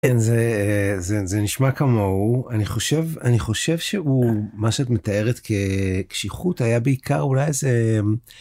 זה נשמע כמוהו. אני חושב... אני חושב שהוא... מה שאת מתארת קשיחות היה בעיקר אולי איזה...